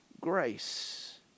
grace